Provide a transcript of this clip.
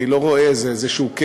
אני לא רואה את זה, זה איזה כתם.